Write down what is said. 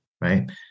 right